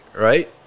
right